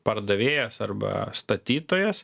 pardavėjas arba statytojas